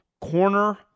corner